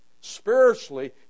Spiritually